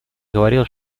говорилось